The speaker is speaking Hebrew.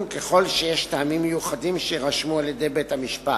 ככל שיש טעמים מיוחדים שיירשמו על-ידי בית-המשפט,